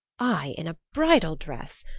i in a bridal dress!